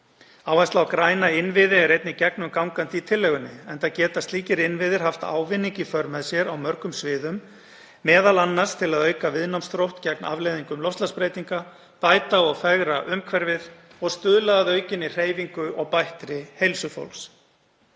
Áhersla á græna innviði er einnig gegnumgangandi í tillögunni enda geta slíkir innviðir haft ávinning í för með sér á mörgum sviðum, m.a. til að auka viðnámsþrótt gegn afleiðingum loftslagsbreytinga, bæta og fegra umhverfið og stuðla að aukinni hreyfingu og bættri heilsu fólks.